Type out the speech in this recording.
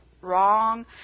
Wrong